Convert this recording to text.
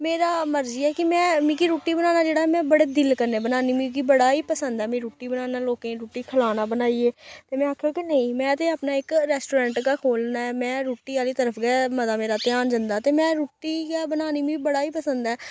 मेरा मर्जी ऐ कि में मिक्की रुट्टी बनाना जेह्ड़ा ऐ में बड़े दिल कन्नै बनान्नी मिक्की बड़ा गै पसंद ऐ मी रुट्टी बनाना लोकें गी रुट्टी खलाना बनाइयै ते में आखेआ कि नेईं में ते अपना इक रेस्टोरैंट गै खोलना ऐ में रुट्टी आह्ली तरफ गै मता मेरा ध्यान जंदा ते में रुट्टी गै बनानी मी बड़ा गै पसंद ऐ